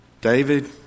David